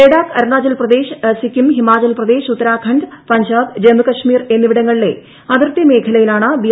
ലഡാക് അരുണാചൽ പ്രദേശ് സിക്കിം ഹിമാചൽ പ്രദേശ് ഉത്തരാഖണ്ഡ് പഞ്ചാബ് ജമ്മുകാശ്മീർ എന്നിവിടങ്ങളിലെ അതിർത്തി മേഖലയിലാണ് ബി